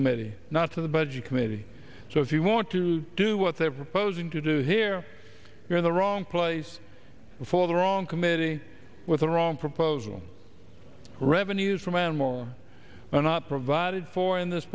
committee not to the budget committee so if you want to do what they're proposing to do here you're in the wrong place for the wrong committee with the wrong proposal revenues from animal are not provided for in this